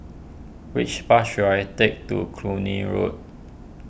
which bus should I take to Cluny Road